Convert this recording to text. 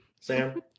Sam